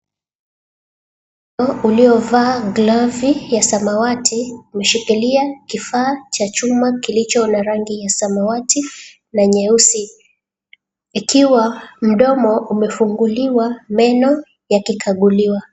Mkono uliovaa glavu ya samawati umeshikilia kifaa cha chuma kilicho na rangi ya samawati na nyeusi ikiwa mdomo umefunguliwa meno yakikaguliwa.